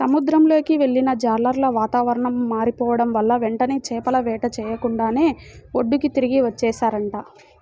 సముద్రంలోకి వెళ్ళిన జాలర్లు వాతావరణం మారిపోడం వల్ల వెంటనే చేపల వేట చెయ్యకుండానే ఒడ్డుకి తిరిగి వచ్చేశారంట